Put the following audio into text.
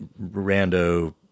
rando